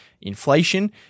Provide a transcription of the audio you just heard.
inflation